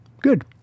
Good